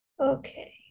Okay